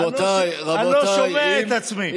אני לא שומע את עצמי.